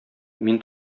мин